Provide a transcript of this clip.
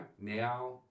now